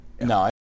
no